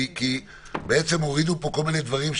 כי בעצם הורידו פה כל מיני דברים,